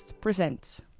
presents